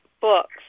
books